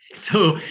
so,